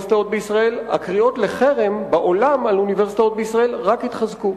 הקריאות בעולם לחרם על אוניברסיטאות בישראל רק יתחזקו.